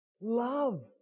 Love